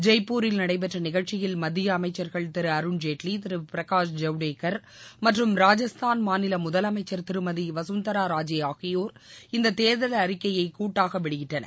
ஜெயப்பூரில் நடைபெற்ற நிகழ்ச்சியில் மத்திய அமைச்சர்கள் திரு அருண்ஜேட்வி திரு பிரகாஷ் ஜவ்டேக்கர் மற்றும் ராஜஸ்தான் மாநில முதலமைச்சர் திருமதி வசுந்தரா ராஜே ஆகியோர் இந்த தேர்தல் அறிக்கையை கூட்டாக வெளியிட்டனர்